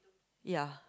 ya